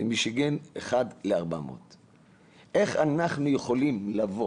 מישיגן 1:400. איך אנחנו יכולים לעצור